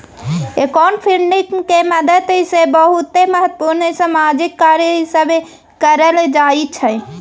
crowdfunding के मदद से बहुते महत्वपूर्ण सामाजिक कार्य सब करल जाइ छइ